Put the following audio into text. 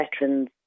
veterans